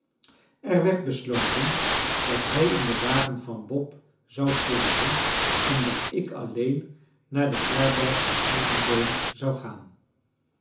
er werd besloten dat hij in den wagen van bob zou slapen en dat ik alleen naar de herberg de eikenboom zou gaan